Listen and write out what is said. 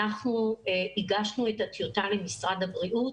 אנחנו הגשנו את הטיוטה למשרד הבריאות,